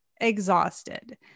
exhausted